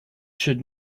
should